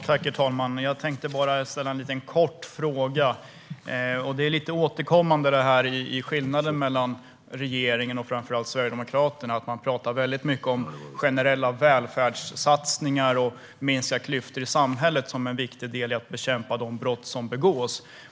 Herr talman! Jag tänkte ställa en kort fråga. När man talar om skillnaderna mellan regeringen och framför allt Sverigedemokraterna återkommer man ofta till generella välfärdssatsningar och en minskning av klyftorna i samhället som en viktig del i att bekämpa de brott som begås.